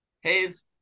Hayes